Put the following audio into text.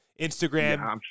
Instagram